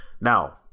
Now